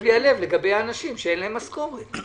לגבי האנשים שאין להם משכורת.